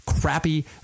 crappy